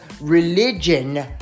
religion